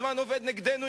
הזמן עובד נגדנו,